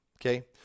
okay